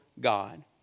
God